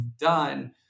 done